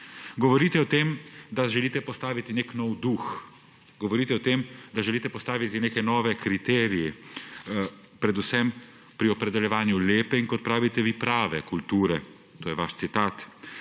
Govorite o tem, da želite postaviti nek nov duh, govorite o tem, da želite postaviti neke nove kriterije, predvsem pri opredeljevanju lepe, in kot pravite vi, »prave kulture«. To je vaš citat.